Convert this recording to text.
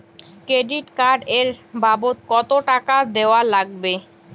Credit card এর বাবদ কতো টাকা দেওয়া লাগবে?